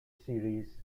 series